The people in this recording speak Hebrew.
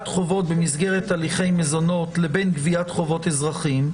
חובות במסגרת הליכי מזונות לבין גביית חובות אזרחיים,